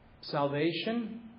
salvation